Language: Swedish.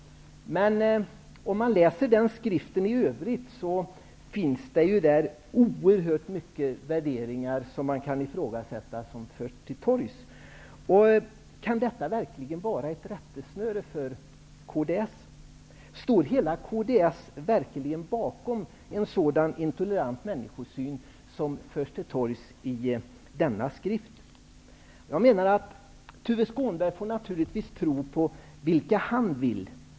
Om man läser den skriften i övrigt finner man att där förs till torgs oerhört många värderingar som man kan ifrågasätta. Kan detta verkligen vara ett rättesnöre för kds? Står hela kds verkligen bakom den intoleranta människosyn som förs till torgs i denna skrift? Tuve Skånberg får naturligtvis tro på vilka han vill.